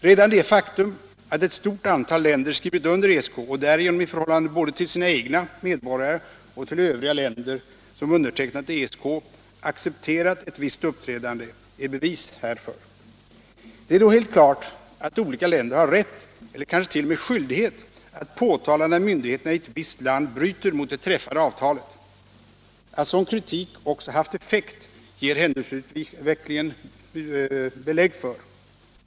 Redan det faktum att ett stort antal länder skrivit under ESK och därigenom i förhållande både till sina egna medborgare och till övriga länder som undertecknat ESK accepterat ett visst uppträdande är bevis härför. Det är då helt klart att olika länder har rätt eller kanske t.o.m. skyldighet att påtala när myndigheterna i ett visst land bryter mot det träffade avtalet. Att sådan kritik också haft effekt ger händelseutvecklingen belägg för.